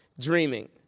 dreaming